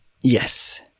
yes